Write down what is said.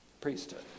priesthood